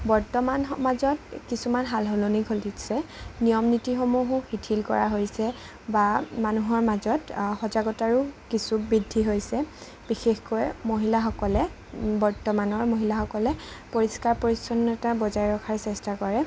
বৰ্তমান সমাজত কিছুমান সালসলনি ঘটিছে নিয়ম নীতি সমূহো শিথিল কৰা হৈছে বা মানুহৰ মাজত সজাগতাৰো কিছু বৃদ্ধি হৈছে বিশেষকৈ মহিলাসকলে বৰ্তমানৰ মহিলাসকলে পৰিষ্কাৰ পৰিচ্ছন্নতা বজাই ৰখাৰ চেষ্টা কৰে